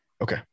Okay